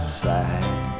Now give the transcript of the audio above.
side